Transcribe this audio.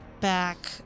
back